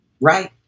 Right